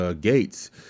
gates